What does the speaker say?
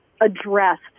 addressed